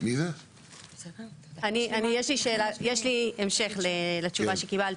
אני יש לי שאלה, יש לי המשך לתשובה שקיבלתי.